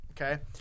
okay